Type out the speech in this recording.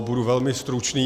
Budu velmi stručný.